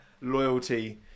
loyalty